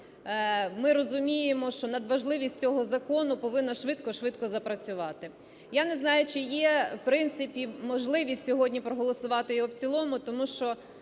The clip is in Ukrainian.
ми розуміємо, що надважливість цього закону повинна швидко-швидко запрацювати. Я не знаю, чи є в принципі можливість сьогодні проголосувати його в цілому, тому що